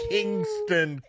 Kingston